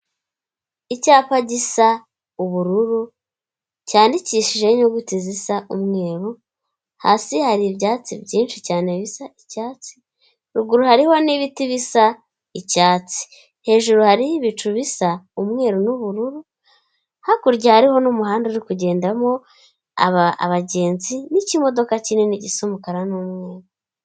Icyapa gisa ubururu cyandikishijeho inyuguti zisa umweru, hasi hari ibyatsi byinshi cyane bisa icyatsi, ruguru hariho n'ibiti bisa icyatsi, hejuru hariho ibicu bisa umweru n'ubururu, hakurya hariho n'umuhanda uri kugendamo abagenzi n'ikimodoka kinini gisa umukara n'umweru.